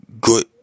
good